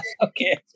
Okay